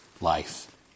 life